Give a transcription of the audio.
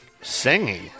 singing